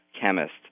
chemist